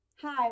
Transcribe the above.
Hi